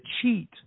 cheat